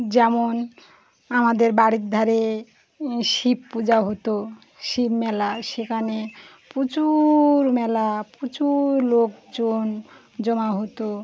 যেমন আমাদের বাড়ির ধারে শিব পূজা হতো শিব মেলা সেখানে প্রচুর মেলা প্রচুর লোকজন জমা হতো